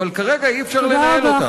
אבל כרגע אי-אפשר לנהל אותם.